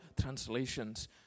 translations